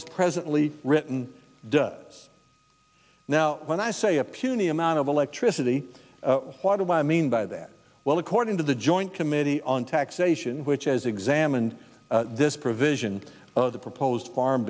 is presently written does now when i say a puny amount of electricity water by mean by that well according to the joint committee on taxation which as examined this provision of the proposed farm